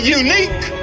unique